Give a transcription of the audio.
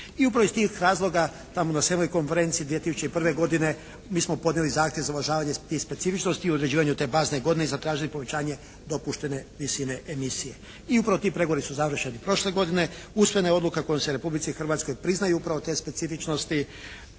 I upravo iz tih razloga tamo na 7. Konferenciji 2001. godine mi smo podnijeli zahtjev za uvažavanje i specifičnosti u određivanju te bazne godine i zatražili povećanje dopuštene visine emisije. I upravo ti pregovori su završeni prošle godine. Usvojena je Odluka kojom se Republici Hrvatskoj priznaju upravo te specifičnosti.